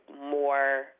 more